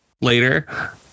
later